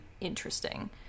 interesting